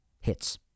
hits